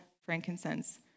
frankincense